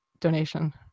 donation